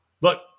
Look